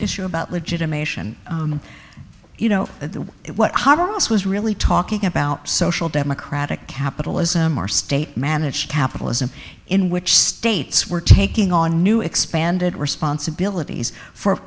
issue about legitimation you know what this was really talking about social democratic capitalism or state managed capitalism in which states were taking on new expanded responsibilities for